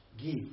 give